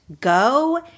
go